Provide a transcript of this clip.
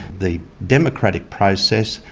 the democratic process,